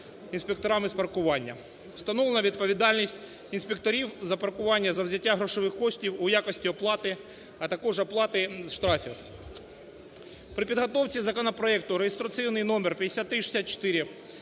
інспекторами з паркування". Встановлена відповідальність інспекторів за паркування, за взяття грошових коштів у якості оплати, а також оплати штрафів. При підготовці законопроекту (реєстраційний номер 5364)